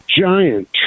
giant